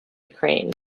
ukraine